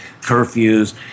curfews